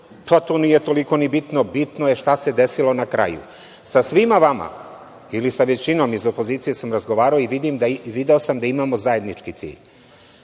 Pa, to nije toliko ni bitno. Bitno je šta se desilo na kraju. Sa svima vama ili sa većinom iz opozicije sam razgovarao i video sam da imamo zajednički cilj. Nije